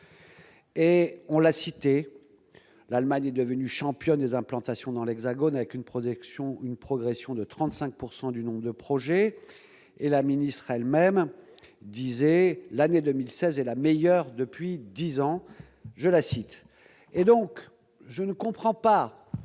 et on l'a cité l'Allemagne est devenue championne des implantations dans l'Hexagone, avec une production ou une progression de 35 pourcent du du nombre de projets, et la ministre elle-même disait l'année 2016 est la meilleure depuis 10 ans, je la cite,